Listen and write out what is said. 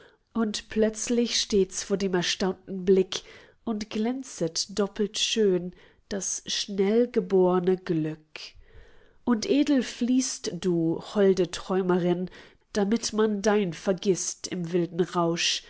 und plötzlich steht's vor dem erstaunten blick und glänzet doppelt schön das schnellgeborne glück und edel fliehst du holde träumerin damit man dein vergißt im wilden rausch